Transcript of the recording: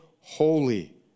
holy